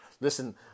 listen